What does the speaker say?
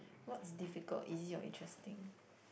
what's difficult is it your interesting